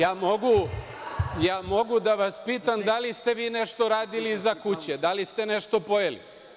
Ja mogu da vas pitam - da li ste vi nešto radili iza kuće, da li ste nešto pojeli?